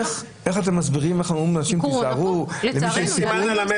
איך אתם אומרים לאנשים תיזהרו למי שיש סיכוי?